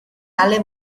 ale